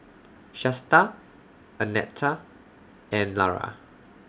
Shasta Annetta and Lara